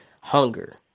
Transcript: hunger